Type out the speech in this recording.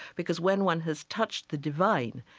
because when one has touched the divine,